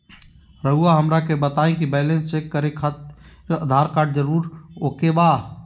रउआ हमरा के बताए कि बैलेंस चेक खातिर आधार कार्ड जरूर ओके बाय?